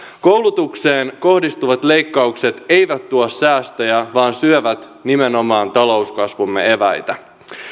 koulutukseen kohdistuvat leikkaukset eivät tuo säästöjä vaan syövät nimenomaan talouskasvumme eväitä